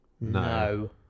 No